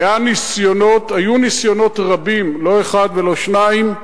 היו ניסיונות רבים, לא אחד ולא שניים,